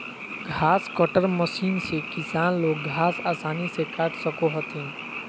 घास cutter machine से किसान लोग घास आसानी से काट सको हथिन